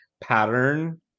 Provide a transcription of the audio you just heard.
pattern